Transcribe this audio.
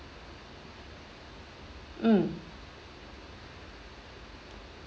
mm